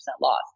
loss